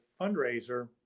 fundraiser